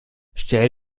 stell